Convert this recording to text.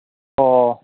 ꯑꯣ